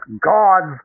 God's